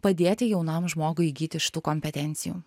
padėti jaunam žmogui įgyti šitų kompetencijų